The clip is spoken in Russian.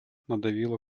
надавила